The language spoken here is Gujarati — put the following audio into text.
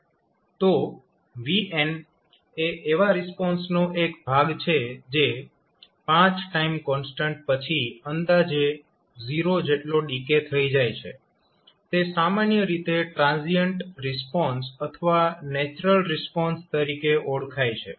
તો vn એ એવા રિસ્પોન્સનો એક ભાગ છે જે 5 ટાઇમ કોન્સ્ટન્ટ પછી અંદાજે 0 જેટલો ડીકે થઇ જાય છે તે સામાન્ય રીતે ટ્રાન્સિએન્ટ રિસ્પોન્સ અથવા નેચરલ રિસ્પોન્સ તરીકે ઓળખાય છે